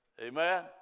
Amen